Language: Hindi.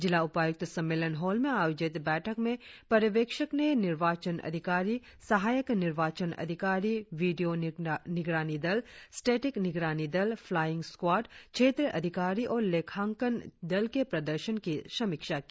जिला उपायुक्त सम्मेलन हॉल में आयोजित बैठक में पर्यवेक्षक ने निर्वाचन अधिकारी सहायक निर्वाचक अधिकारी वीडियों निगरानी दल स्टेटिक निगरानी दल प्लाईंग स्कवाड क्षेत्र अधिकारी और लेखांकन दल के प्रदर्शन की समीक्षा की